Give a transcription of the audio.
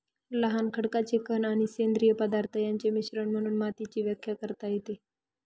लहान खडकाचे कण आणि सेंद्रिय पदार्थ यांचे मिश्रण म्हणून मातीची व्याख्या करता येते